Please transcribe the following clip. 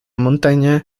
montaña